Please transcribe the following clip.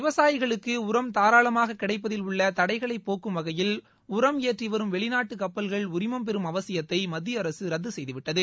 விவசாயிகளுக்கு உரம் தாராளமாக கிடைப்பதில் உள்ள தடைகளைப் போக்கும் வகையில் உரம் ஏற்றிவரும் வெளிநாட்டு கப்பல்கள் உரிமம் பெறும் அவசியத்தை மத்திய அரசு ரத்து செய்துவிட்டது